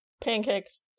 Pancakes